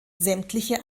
sämtliche